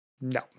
No